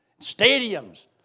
stadiums